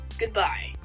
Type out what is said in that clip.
Goodbye